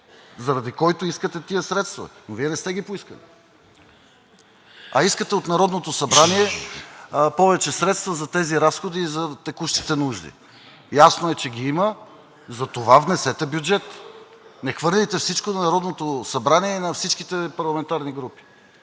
заради който искате тези средства. Вие не сте ги поискали, а искате от Народното събрание повече средства за тези разходи и за текущите нужди. Ясно е, че ги има, затова внесете бюджет! Не хвърляйте всичко на Народното събрание и на всичките парламентарни групи.